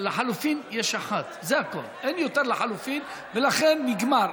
לחלופין יש אחת, אין יותר לחלופין, ולכן, נגמר.